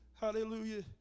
Hallelujah